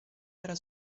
era